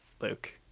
Luke